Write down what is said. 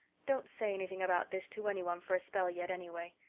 don't say anything about this to any one for a spell yet, anyway.